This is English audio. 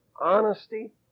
honesty